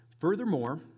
Furthermore